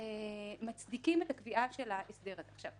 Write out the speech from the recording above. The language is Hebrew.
מצדיקים את הקביעה של ההסדר הזה.